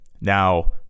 Now